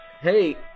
Hey